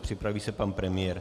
Připraví se pan premiér.